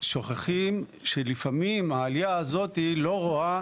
אבל שוכחים שלפעמים העלייה הזו לא רואה